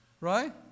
right